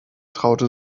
traute